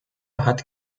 hat